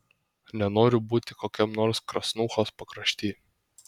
nenoriu būti kokiam nors krasnuchos pakrašty